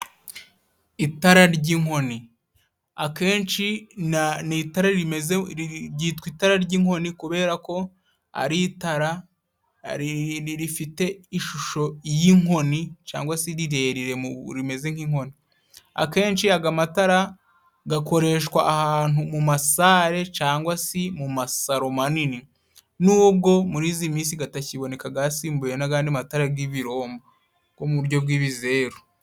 Itara ry'inkoni akenshi ni itara rimeze, ryitwa itara ry'inkoni kubera ko ari itara rifite ishusho y'inkoni cyangwa se rirerire rimeze nk'inkoni. Akenshi aya amatara akoreshwa ahantu mu masare cyangwa se mu masaro manini, nubwo muri iyi minsi atakiboneka yasimbuwe n'andi matara y'ibiromba yo mu buryo bw'ibizeru.